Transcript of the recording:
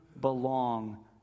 belong